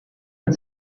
mit